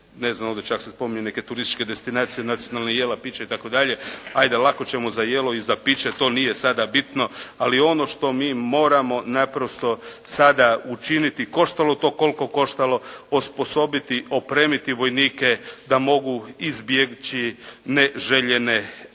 ne znam ovdje čak se spominje neke turističke destinacije, nacionalna jela, pića itd., ajde lako ćemo za jelo i za piće, to nije sada bitno, ali ono što mi moramo naprosto sada učiniti, koštalo to koliko koštalo, osposobiti, opremiti vojnike da mogu izbjeći neželjene akcije.